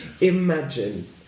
imagine